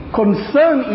concern